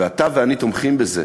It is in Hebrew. ואתה ואני תומכים בזה,